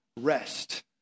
rest